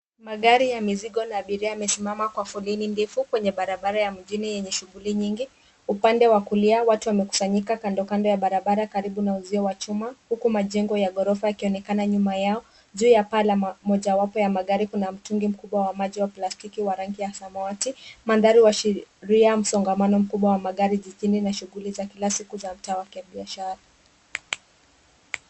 Magari ya mizigo na abiria yamesimama kwa foleni ndefu kwenye barabara ya mjini yenye shughuli nyingi. Upande wa kulia, watu wamekusanyika kando kando ya barabara, karibu na uzio wa chuma, majengo ya ghorofa yakionekana nyuma yao, juu ya paa la mojawapo ya magari kuna mtungi mkubwa wa maji wa rangi ya samawati. Mandhari huashiria msongamano mkubwa wa magari jijini, na shughuli za kila siku za mtaa wa kibiashara.